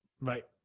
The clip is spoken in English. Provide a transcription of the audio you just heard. Right